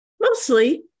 mostly